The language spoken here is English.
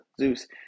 Zeus